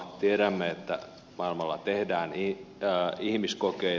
tiedämme että maailmalla tehdään ihmiskokeita jo